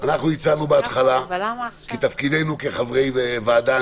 כחלק מתפקידנו כחברי ועדה,